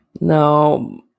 no